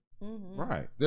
Right